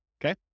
okay